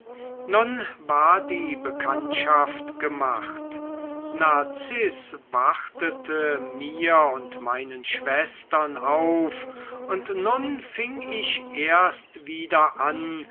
nun war die bekanntschaft gemacht narziß wartete mir und meinen schwestern auf und nun fing ich erst wieder an